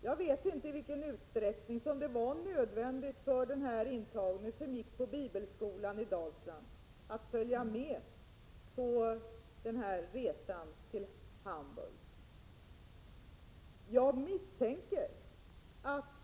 Jag vet inte i vilken utsträckning det var nödvändigt för den intagne som gick på bibelskolan i Dalsland att följa med på resan till Hamburg.